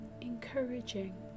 encouraging